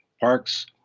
parks